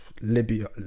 libya